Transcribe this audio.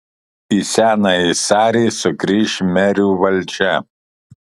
į senąjį sarį sugrįš merių valdžia